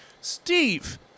Steve